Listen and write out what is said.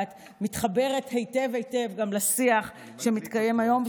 ואת מתחברת היטב היטב גם לשיח שמתקיים היום,